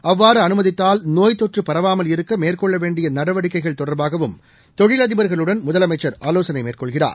அவ்வாறுஅனுமதித்தால்நோய்த்தொற்றுபரவாமல்இருக்கமேற்கொள்ளவே ண்டியநடவடிக்கைகள்தொடர்பாகவும்தொழில்அதிபர்களுடன்முதலமைச்சர்ஆ லோசனைமேற்கொள்கிறார்